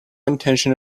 intention